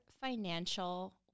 Financial